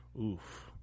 oof